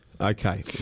Okay